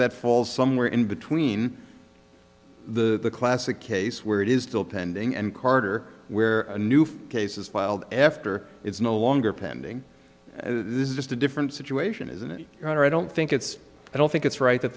that falls somewhere in between the classic case where it is still pending and carter where new cases filed after it's no longer pending this is just a different situation is an honor i don't think it's i don't think it's right that